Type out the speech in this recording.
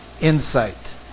insight